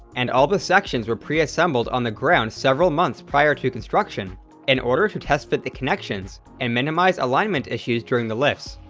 and all the sections were pre-assembled on the ground several months prior to construction in order to test-fit the connections and minimize alignment issues during the lifts.